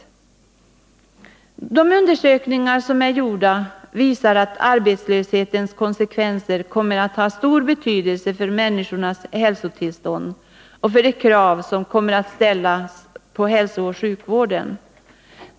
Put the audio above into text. De undersökningar som är gjorda visar att arbetslöshetens konsekvenser kommer att ha stor betydelse för människornas hälsotillstånd och för de krav som kommer att ställas på hälsooch sjukvården.